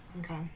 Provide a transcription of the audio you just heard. Okay